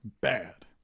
Bad